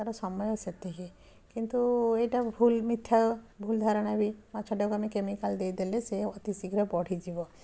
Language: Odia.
ତା'ର ସମୟ ସେତିକି କିନ୍ତୁ ଏଇଟା ଭୁଲ ମିଥ୍ୟା ଭୁଲଧାରଣା ବି ମାଛଟାକୁ ଆମେ କେମିକାଲ୍ ଦେଇଦେଲେ ସେ ଅତିଶୀଘ୍ର ବଢ଼ିଯିବ